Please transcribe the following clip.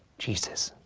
jesus.